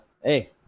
hey